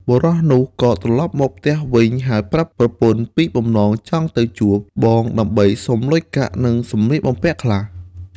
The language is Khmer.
បុរសនោះក៏ត្រឡប់មកផ្ទះវិញ ហើយប្រាប់ប្រពន្ធពីបំណងចង់ទៅជួបបងដើម្បីសុំលុយកាក់ និងសម្លៀកបំពាក់ខ្លះ។